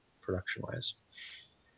production-wise